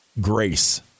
grace